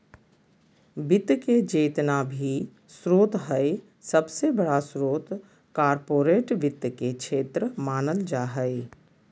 वित्त के जेतना भी स्रोत हय सबसे बडा स्रोत कार्पोरेट वित्त के क्षेत्र मानल जा हय